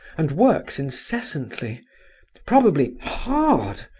and works incessantly probably hard,